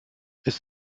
ist